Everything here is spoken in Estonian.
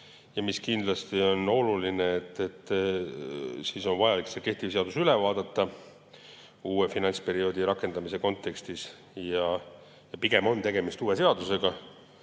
Kindlasti on oluline, et on vajalik kehtiv seadus üle vaadata uue finantsperioodi rakendamise kontekstis. Pigem on tegemist uue seadusega,